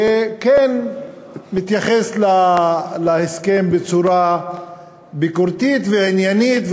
שכן התייחס להסכם בצורה ביקורתית ועניינית.